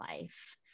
life